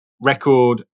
record